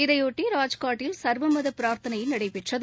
இதையொட்டி ராஜ்காட்டில் சா்வ மத பிராா்த்தனை நடைபெற்றது